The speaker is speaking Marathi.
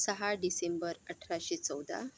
सहा डिसेंबर अठराशे चौदा